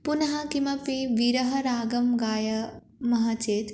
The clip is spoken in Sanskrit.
पुनः कमपि विरहरागं गायामः चेत्